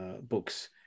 books